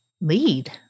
lead